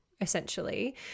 essentially